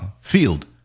field